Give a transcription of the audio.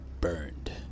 burned